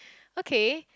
okay